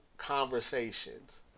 Conversations